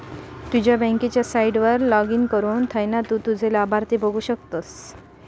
तुझ्या बँकेच्या साईटवर लाॅगिन करुन थयना तु तुझे लाभार्थी बघु शकतस